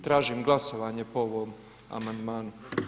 Tražim glasovanje po ovom amandmanu.